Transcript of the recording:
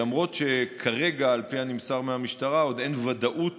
למרות שכרגע, על פי הנמסר מהמשטרה, עוד אין ודאות